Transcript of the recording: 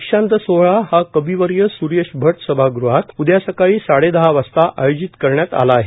दीक्षांत सोहळा हा कविवर्य स्रेश भट सभाग़हात उद्या सकाळी साडेदहा वाजता आयोजित करण्यात आला आहे